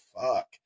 fuck